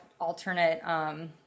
alternate